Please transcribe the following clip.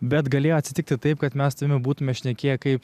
bet galėjo atsitikti taip kad mes su tavimi būtume šnekėję kaip